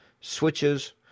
switches